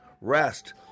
rest